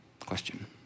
question